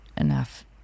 enough